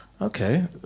okay